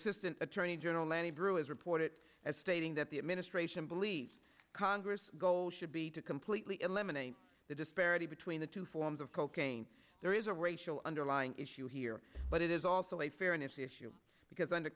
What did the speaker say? assistant attorney general lanny breuer his report it as stating that the administration believes congress goal should be to completely eliminate the disparity between the two forms of cocaine there is a racial underlying issue here but it is also a fair an issue because under